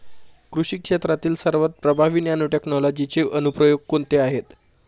कृषी क्षेत्रातील सर्वात प्रभावी नॅनोटेक्नॉलॉजीचे अनुप्रयोग कोणते आहेत?